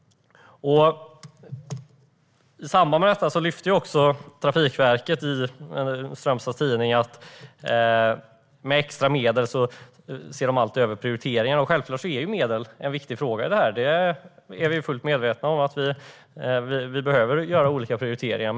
I samband med detta lyfter Trafikverket i Strömstads Tidning fram att man med extra medel alltid ser över prioriteringarna. Självklart är medel en viktig fråga här. Vi är fullt medvetna om att vi behöver göra olika prioriteringar.